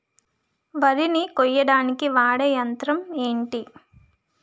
వరి ని కోయడానికి వాడే యంత్రం ఏంటి?